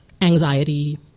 anxiety